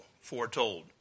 foretold